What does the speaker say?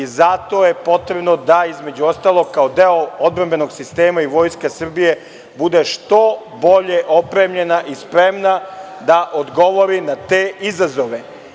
Zato je potrebno da, između ostalog, kao deo odbrambenog sistema i Vojska Srbije bude što bolje opremljena i spremna da odgovori na te izazove.